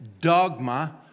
dogma